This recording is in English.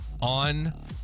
on